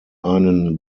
einen